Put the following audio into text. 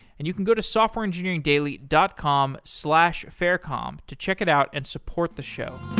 and you can go to softwareengineeringdaily dot com slash faircom to check it out and support the show